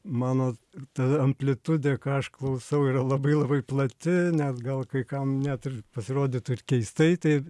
mano ta amplitudė ką aš klausau yra labai labai plati nes gal kai kam net ir pasirodytų ir keistai tai